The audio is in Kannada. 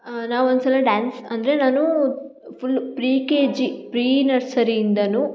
ನಾವೊಂದು ಸಲ ಡ್ಯಾನ್ಸ್ ಅಂದರೆ ನಾನು ಫುಲ್ಲು ಪ್ರೀ ಕೆಜಿ ಪ್ರೀ ನರ್ಸರಿಯಿಂದಲೂ